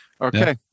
okay